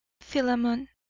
philemon,